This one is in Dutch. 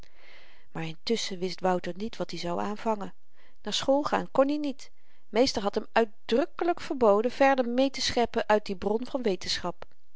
maar intusschen wist wouter niet wat i zou aanvangen naar school gaan kon i niet meester had hem uitdrukkelyk verboden verder meetescheppen uit die bron van wetenschap